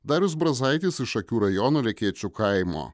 darius brazaitis iš šakių rajono lekėčių kaimo